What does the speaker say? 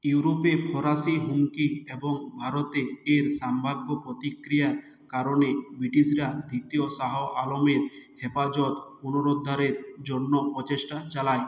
ইউরোপে ফরাসি হুমকি এবং ভারতে এর সম্ভাব্য প্রতিক্রিয়ার কারণে ব্রিটিশরা দ্বিতীয় শাহ আলমের হেফাজত পুনরুদ্ধারের জন্য প্রচেষ্টা চালায়